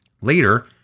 Later